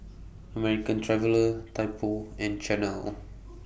American Traveller Typo and Chanel